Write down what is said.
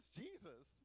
jesus